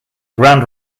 grand